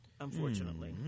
unfortunately